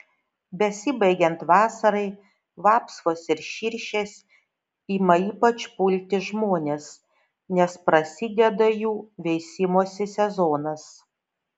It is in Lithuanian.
besibaigiant vasarai vapsvos ir širšės ima ypač pulti žmones nes prasideda jų veisimosi sezonas